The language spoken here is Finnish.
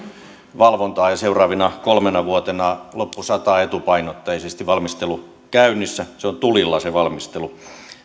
valvontaan ja seuraavina kolmena vuotena loput sata etupainotteisesti valmistelu on käynnissä se on tulilla se valmistelu